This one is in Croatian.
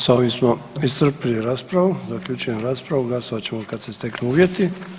Evo s ovim smo iscrpili raspravu, zaključujem raspravu, glasovat ćemo kad se steknu uvjeti.